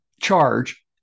charge